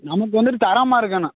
நமக்கு வந்துட்டு தரமாக இருக்கணும்